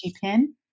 pin